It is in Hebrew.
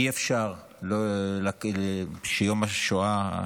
אי-אפשר שיום השואה,